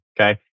okay